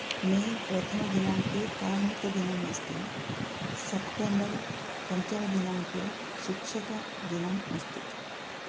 मे प्रथमदिनाङ्के कार्मिकदिनमस्ति सेप्टेम्बर् पञ्चमदिनाङ्के शिक्षकदिनम् अस्ति